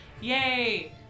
Yay